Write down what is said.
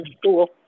school